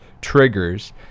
triggers